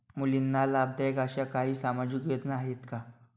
मुलींना लाभदायक अशा काही सामाजिक योजना आहेत का?